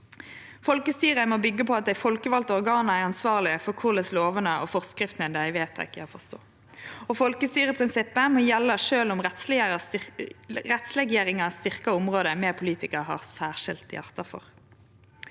Folkestyret må byggje på at dei folkevalde organa er ansvarlege for korleis lovene og forskriftene dei vedtek, er å forstå. Folkestyreprinsippet må gjelde sjølv om rettsleggjeringa styrkjer område vi politikarar har særskilt hjarte for.